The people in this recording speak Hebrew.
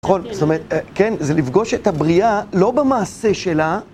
זאת אומרת, כן, זה לפגוש את הבריאה, לא במעשה שלה...